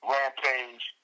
Rampage